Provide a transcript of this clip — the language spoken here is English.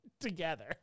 together